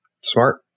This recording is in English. Smart